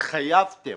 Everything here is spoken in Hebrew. התחייבתם